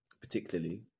particularly